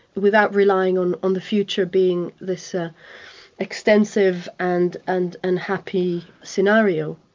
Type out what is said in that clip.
without relying on on the future being this ah extensive and and and happy scenario.